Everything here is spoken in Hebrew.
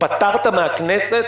התפטרת מהכנסת,